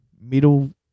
Middle